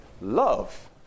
Love